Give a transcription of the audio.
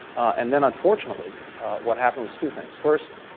and then unfortunately what happened was two things. first,